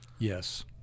yes